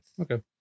Okay